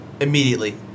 immediately